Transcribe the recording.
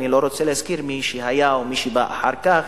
אני לא רוצה להזכיר מי היה או מי בא אחר כך,